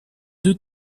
deux